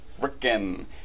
Freaking